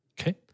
Okay